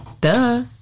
Duh